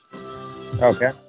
Okay